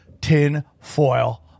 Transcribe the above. TINFOIL